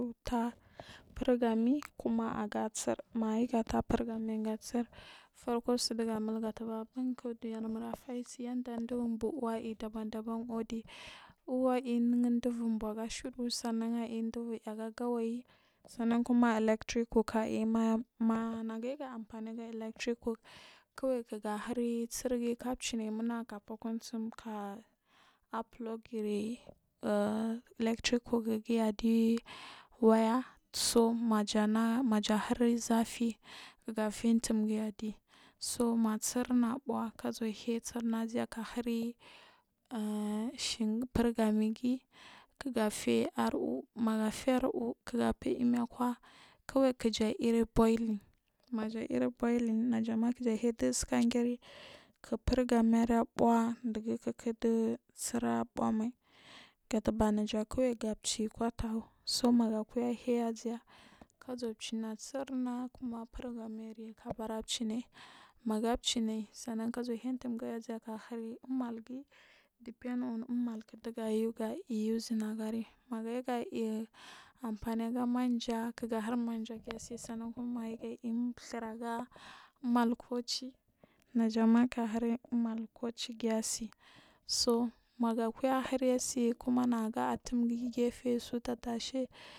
Utaah furgami kuma agatsir managa yi gataah furgami aga tsir farko sun ɗuga mul gatamar abank ɗunyar afaik yanɗa vubur buuu aiyi ɗaban ɗaban udi uu ayi ɗubur buu aga shiru sanna ayi ɗubur buu aga gawayi sannan kuma electric cocker ayi ma magayi ga amfam ga electric cock kawai kiga hiri tsirgir gachina munagu gafukuslimkay a flokirin electric cockergin aɗi waya so majos na majahir zafi kiga feu mt umgi avi so msdirna afuhga zufe sirna azha ga hiri shik furgamigi gafe ar uuh megafee ar uuh gafe umikwa keway kija irri bo iliing maja irrborlum naja ma kija hiya disika geri k furgamira buuw ɗigu ɗisir abu amai katamar naja gakwai ga chi kutagu gakurga hya azaga zuwacima tsirna aga furgamir magachinai gazuwa feya ga zuwa uir umel gin depece of umalk ɗgayu ga yusing agari magayu ga i amfani ga ma nja kiga hir umanjagi asi sanna maga mul ɗhir aga mal kuci najama gahiri malkucigr asi so maga kuya ahiryesi kumanaga atumgi ugefesuta ttase.